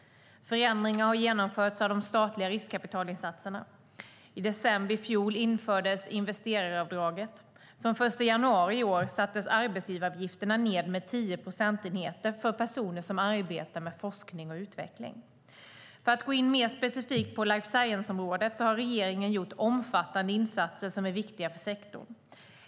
Förändringar har genomförts av de statliga riskkapitalinsatserna. I december i fjol infördes investeraravdraget. Från 1 januari i år sattes arbetsgivaravgifterna ned med 10 procentenheter för personer som arbetar med forskning och utveckling. För att gå in mer specifikt på life science-området vill jag framhålla att regeringen har gjort omfattande insatser som är viktiga för sektorn.